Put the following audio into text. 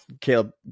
Caleb